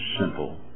simple